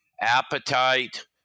appetite